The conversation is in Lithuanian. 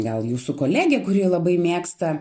gal jūsų kolegė kuri labai mėgsta